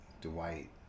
Dwight